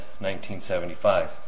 1975